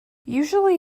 usually